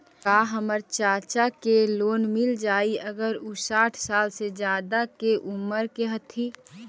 का हमर चाचा के लोन मिल जाई अगर उ साठ साल से ज्यादा के उमर के हथी?